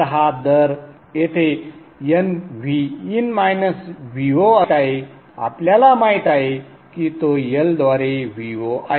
तर हा दर येथे nVin Vo आहे आपल्याला माहित आहे की तो L द्वारे Vo आहे